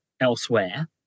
elsewhere